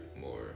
more